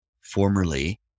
formerly